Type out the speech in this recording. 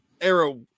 arrow